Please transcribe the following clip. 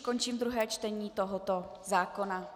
Končím druhé čtení tohoto zákona.